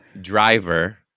driver